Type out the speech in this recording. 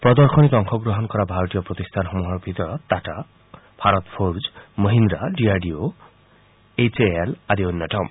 প্ৰদশনীত অংশগ্ৰহণ কৰা ভাৰতীয় প্ৰতিষ্ঠানসমূহৰ ভিতৰত Tata Bharat Forge Mahindra D R D O H A L আদি অন্যতম